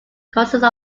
consists